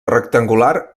rectangular